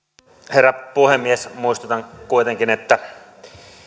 herra puhemies muistutan kuitenkin että